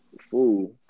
Fool